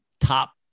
top